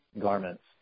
garments